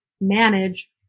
manage